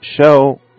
show